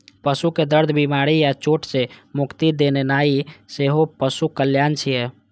पशु कें दर्द, बीमारी या चोट सं मुक्ति दियेनाइ सेहो पशु कल्याण छियै